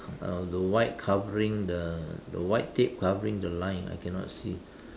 uh the white covering the the white tape covering the line I cannot see